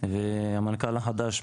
והמנכ"ל החדש,